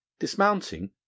dismounting